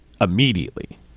immediately